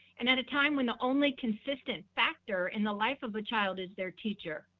and at a time when the only consistent factor in the life of a child is their teacher?